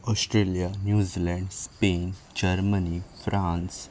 Australia New Zealand Spain Germany France